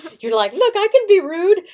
you're like look i can be rude.